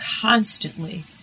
constantly